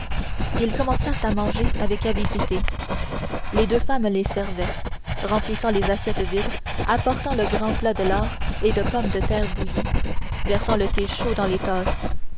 ils commencèrent à manger avec avidité les deux femmes les servaient remplissaient les assiettes vides apportant le grand plat de lard et de pommes de terre bouillies versant le thé chaud dans les tasses